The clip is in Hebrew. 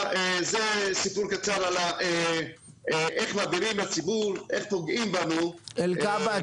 זה סיפור קצר שמראה איך פוגעים בנו --- אלקבץ,